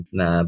na